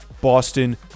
Boston